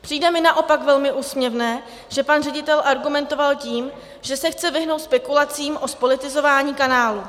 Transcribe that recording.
Přijde mi naopak velmi úsměvné, že pan ředitel argumentoval tím, že se chce vyhnout spekulacím o zpolitizování kanálu.